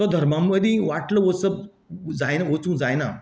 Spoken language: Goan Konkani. तो धर्मा मदीं वाटलो वचप जायना वचूं जायना